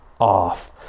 off